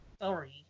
Sorry